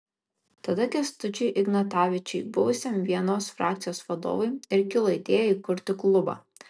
tada kęstučiui ignatavičiui buvusiam vienos frakcijos vadovui ir kilo idėja įkurti klubą